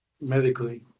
Medically